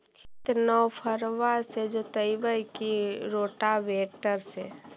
खेत नौफरबा से जोतइबै की रोटावेटर से?